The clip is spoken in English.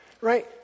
Right